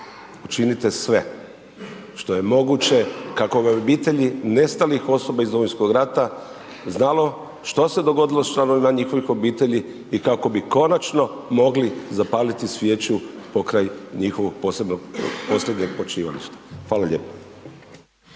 učinite sve što je moguće, kako bi obitelji nestalih osoba iz Domovinskog rata znalo što se dogodilo s članovima njihovih obitelji i kako bi konačno mogli zapaliti svijeću pokraj njihovog posljednjeg počivališta. Hvala lijepa.